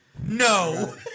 No